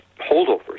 holdovers